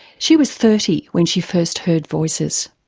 she was thirty when she first heard voices.